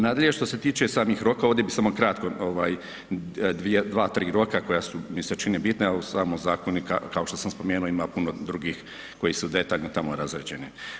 Nadalje što se tiče samih rokova, ovdje bi samo kratko dva, tri roka koja mi se čine bitna jer u samom zakonu kao što sam spomenuo ima puno drugih koji su detaljno tamo razrađeni.